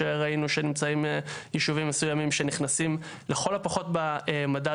שראינו יישובים מסוימים שנכנסים לכל הפחות במדד